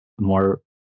more